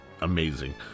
amazing